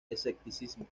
escepticismo